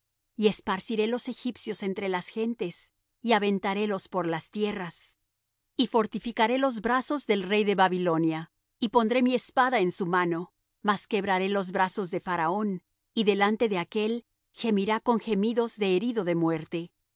y esparciré los egipcios entre las gentes y aventarélos por las tierras y fortificaré los brazos del rey de babilonia y pondré mi espada en su mano mas quebraré los brazos de faraón y delante de aquél gemirá con gemidos de herido de muerte